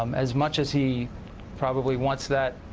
um as much as he probably wants that